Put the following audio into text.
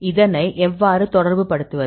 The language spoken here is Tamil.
இதனை எவ்வாறு தொடர்புபடுத்துவது